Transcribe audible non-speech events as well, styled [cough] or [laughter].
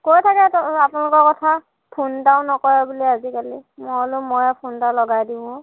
কৈ থাকে [unintelligible] আপোনালোকৰ কথা ফোন এটাও নকৰে বুলি আজিকালি মই বোলো মইয়ে ফোন এটা লগাই দিওঁ অ'